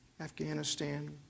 Afghanistan